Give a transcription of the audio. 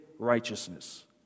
righteousness